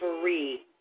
free